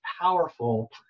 powerful